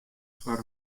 foar